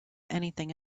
anything